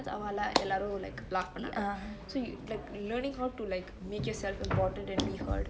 அவால எல்லாரு:avaale ellaru like பன்னாங்க:pannange so learning how to make yourself important and be heard